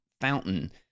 Fountain